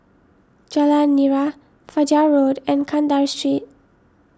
Jalan Nira Fajar Road and Kandahar Street